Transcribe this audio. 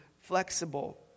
flexible